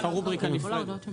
יש רובריקה נפרדת.